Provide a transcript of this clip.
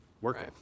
working